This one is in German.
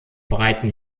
breiten